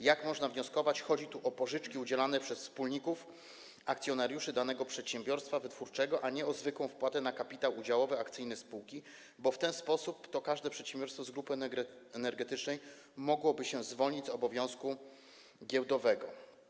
Jak można wnioskować, chodzi tu o pożyczki udzielane przez wspólników/akcjonariuszy danego przedsiębiorstwa wytwórczego, a nie o zwykłą wpłatę na kapitał udziałowy/akcyjny spółki, bo w ten sposób to każde przedsiębiorstwo z grupy energetycznej mogłoby się zwolnić z obowiązku giełdowego.